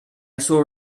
saw